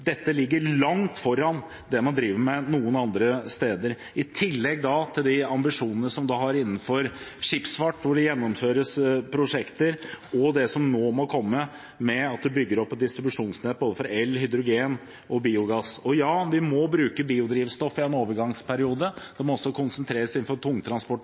Dette ligger langt foran det man driver med noen andre steder. I tillegg kommer ambisjonene som vi har innenfor skipsfart, hvor det gjennomføres prosjekter, og det som nå må komme, at man bygger opp et distribusjonsnett for både elektrisitet, hydrogen og biogass. Ja, vi må bruke biodrivstoff i en overgangsperiode, og bruken må konsentreres innenfor tungtransport